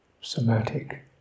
somatic